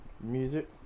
music